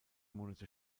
monate